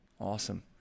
Awesome